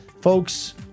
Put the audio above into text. Folks